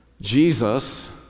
Jesus